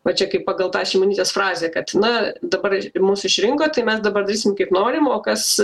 va čia kaip pagal tą šimonytės frazę kad na dabar ir mus išrinkot tai mes dabar darysim kaip norim o kas